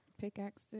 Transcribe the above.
Pickaxe